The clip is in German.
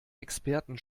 experten